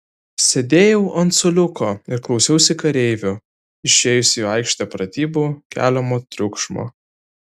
sėdėjau ant suoliuko ir klausiausi kareivių išėjusių į aikštę pratybų keliamo triukšmo